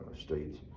states